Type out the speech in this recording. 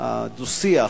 הדו-שיח